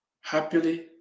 Happily